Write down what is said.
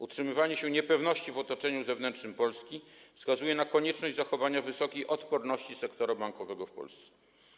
Utrzymywanie się niepewności w otoczeniu zewnętrznym Polski wskazuje na konieczności zachowania wysokiej odporności sektora bankowego w Polsce.